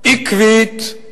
עקבית,